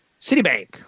Citibank